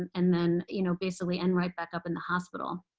and then you know basically end right back up in the hospital.